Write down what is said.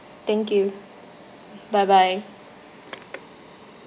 thank you bye bye